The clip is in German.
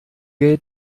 gate